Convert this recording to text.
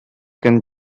can